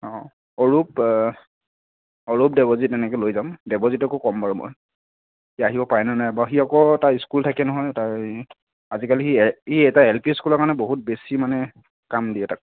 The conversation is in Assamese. অৰূপ অৰূপ দেৱজিৎ এনেকে লৈ যাম দেৱজিতকো ক'ম বাৰু মই সি আহিব পাৰে নে নোৱাৰে বা সি আকৌ তাৰ স্কুল থাকে নহয় তাৰ আজিকালি সি সি এটা এল পি স্কুলৰ কাৰণে বহুত বেছি মানে কাম দিয়ে তাক